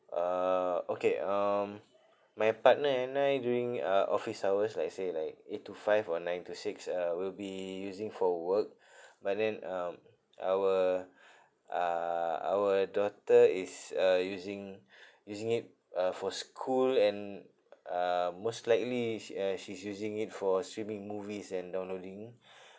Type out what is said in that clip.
uh okay um my partner and I during uh office hours let's say like eight to five or nine to six uh we'll be using for work but then um our uh our daughter is uh using using it uh for school and uh most likely she uh she's using it for streaming movies and downloading